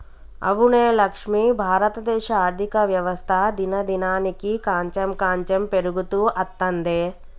అవునే లక్ష్మి భారతదేశ ఆర్థిక వ్యవస్థ దినదినానికి కాంచెం కాంచెం పెరుగుతూ అత్తందే